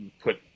put